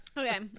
Okay